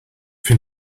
been